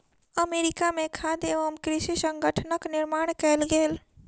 America में खाद्य एवं कृषि संगठनक निर्माण कएल गेल